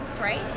right